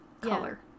color